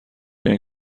این